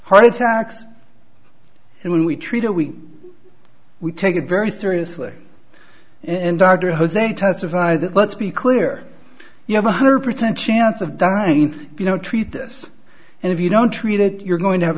heart attacks and when we treat a we we take it very seriously and dr jose testified let's be clear you have one hundred percent chance of dying if you don't treat this and if you don't treat it you're going to have